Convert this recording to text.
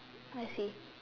I see